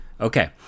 okay